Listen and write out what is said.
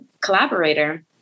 collaborator